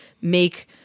make